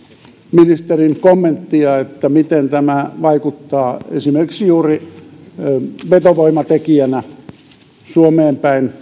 ministerin kommenttia siitä miten tämä vaikuttaa esimerkiksi juuri vetovoimatekijänä suomeen päin